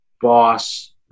boss